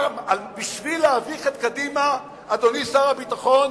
בשביל להביך את קדימה, אדוני שר הביטחון,